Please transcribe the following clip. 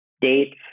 dates